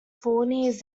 forney